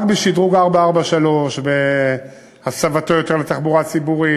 בשדרוג 443 והסבתו יותר לתחבורה ציבורית,